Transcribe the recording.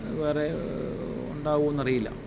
വേറെ ഉണ്ടാകുമോയെന്ന് അറിയില്ല